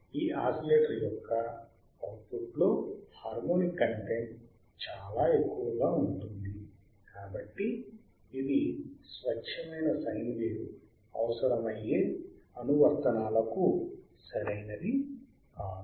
ఈ ఆసిలేటర్ యొక్క అవుట్పుట్లో హార్మోనిక్ కంటెంట్ చాలా ఎక్కువగా ఉంటుంది కాబట్టి ఇది స్వచ్ఛమైన సైన్ వేవ్ అవసరమయ్యే అనువర్తనాలకు సరైనది కాదు